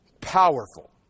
powerful